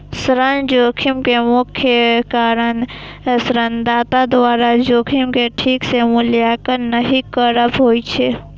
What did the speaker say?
ऋण जोखिम के मुख्य कारण ऋणदाता द्वारा जोखिम के ठीक सं मूल्यांकन नहि करब होइ छै